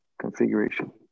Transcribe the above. configuration